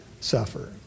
suffer